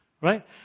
Right